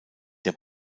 der